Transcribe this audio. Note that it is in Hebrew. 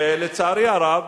ולצערי הרב